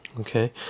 Okay